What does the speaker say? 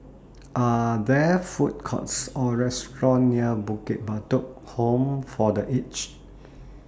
Are There Food Courts Or Restaurant near Bukit Batok Home For The Aged